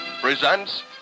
presents